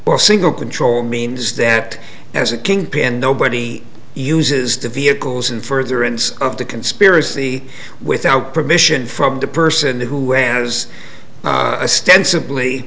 single control means that as a kingpin nobody uses the vehicles in furtherance of the conspiracy without permission from the person who enters a stand simply